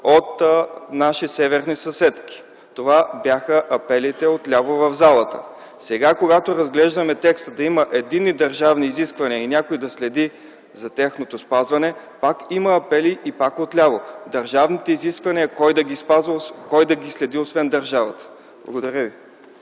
от наши северни съседки това бяха апелите от ляво в залата. Сега, когато разглеждаме текста – да има единни държавни изисквания и някой да следи за тяхното спазване – пак има апели, и пак отляво. Държавните изисквания кой да ги спазва, кой да ги следи, освен държавата?! Благодаря ви.